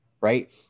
right